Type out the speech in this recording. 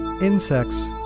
Insects